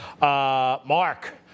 Mark